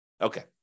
Okay